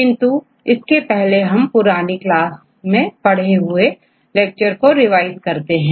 किंतु इसके पहले हम पुरानी क्लास कक्षा मैं पढ़ें हुए लेक्चर को रिवाइज करते हैं